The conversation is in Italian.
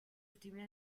ultimi